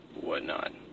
Whatnot